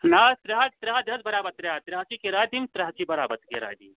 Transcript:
نہ حظ ترٛےٚ ہَتھ ترٛےٚ ہَتھ دِ حظ بَرابر ترٛےٚ ہَتھ ترٛےٚ ہَتھ چھی کِراے دِنۍ ترٛےٚ ہَتھ چھی بَرابر کِراے دِنۍ